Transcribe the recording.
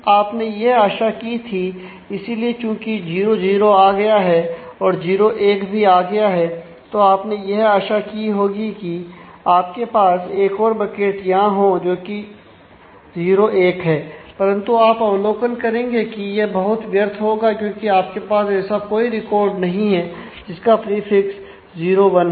आपने यह आशा की थी इसीलिए चूंकि 0 0 आ गया है और 0 1 भी आ गया है तो आपने यह आशा की होगी कि आपके पास एक और बकेट यहां हो जोकि 0 1 हैं परंतु आप अवलोकन करेंगे की यह बहुत व्यर्थ होगा क्योंकि आपके पास ऐसा कोई रिकॉर्ड नहीं है जिसका प्रीफिक्स 0 1 हो